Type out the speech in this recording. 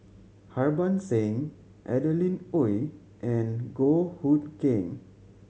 Harbans Singh Adeline Ooi and Goh Hood Keng